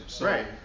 Right